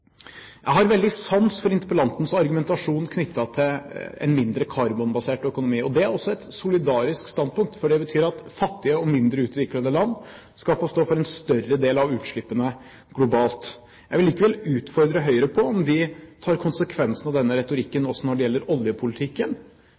Jeg har veldig sans for interpellantens argumentasjon knyttet til en mindre karbonbasert økonomi. Det er også et solidarisk standpunkt, for det betyr at fattige og mindre utviklede land skal få stå for en større del av utslippene globalt. Jeg vil likevel utfordre Høyre på om de tar konsekvensene av denne retorikken